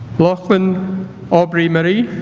goffman aubree marie